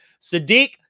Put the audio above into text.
Sadiq